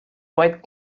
quite